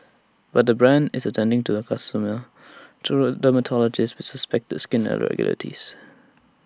but the brand is attending to A consumer through A dermatologist with suspected skin irregularities